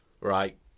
Right